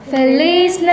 Feliz